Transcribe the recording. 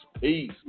peace